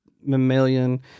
mammalian